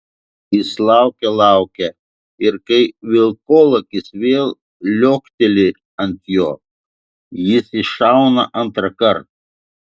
jis laukia laukia ir kai vilkolakis vėl liuokteli ant jo jis iššauna antrąkart